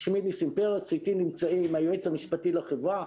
אתי נמצאים היועץ המשפטי של החברה,